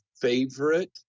favorite